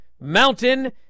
Mountain